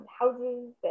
houses